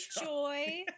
Joy